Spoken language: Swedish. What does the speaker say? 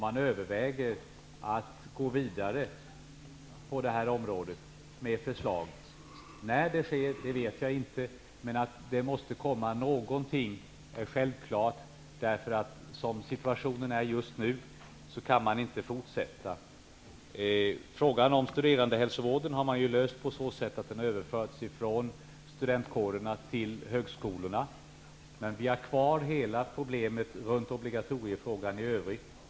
Man överväger att gå vidare på det här området med förslag. När det sker vet jag inte, men självklart måste det komma någonting. Som situationen är just nu kan man inte fortsätta. Frågan om studerandehälsovården har man löst på så sätt att den överförts från studentkårerna till högskolorna. Men vi har kvar hela problemet runt obligatoriefrågan i övrigt.